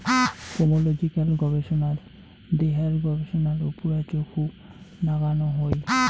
pomological গবেষনাত দেহার গবেষণার উপুরা চখু নাগানো হই